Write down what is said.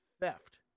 theft